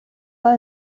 pas